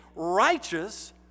righteous